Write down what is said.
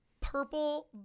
purple